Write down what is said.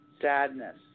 sadness